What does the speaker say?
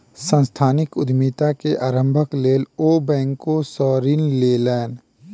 सांस्थानिक उद्यमिता के आरम्भक लेल ओ बैंक सॅ ऋण लेलैन